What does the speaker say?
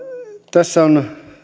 tässä on